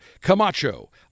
Camacho